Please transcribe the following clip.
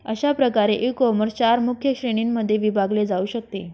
अशा प्रकारे ईकॉमर्स चार मुख्य श्रेणींमध्ये विभागले जाऊ शकते